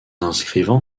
inscrivant